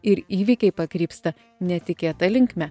ir įvykiai pakrypsta netikėta linkme